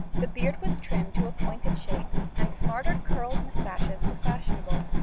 the beard was trimmed to a pointed shape, and smarter curled moustaches were fashionable.